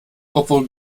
obwohl